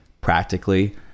practically